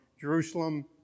Jerusalem